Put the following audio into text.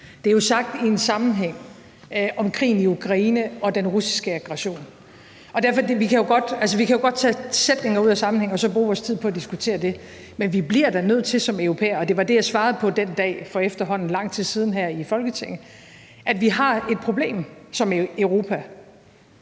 Det er jo sagt i en sammenhæng om krigen i Ukraine og den russiske aggression. Vi kan jo godt tage sætninger ud af en sammenhæng og bruge vores tid på at diskutere det, men vi bliver da nødt til som europæere at erkende, og det var det, jeg svarede på den dag for efterhånden lang tid siden her i Folketinget, at vi har et problem som Europa.